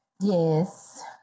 Yes